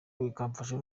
bikamfasha